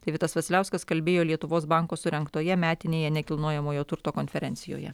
tai vitas vasiliauskas kalbėjo lietuvos banko surengtoje metinėje nekilnojamojo turto konferencijoje